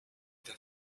that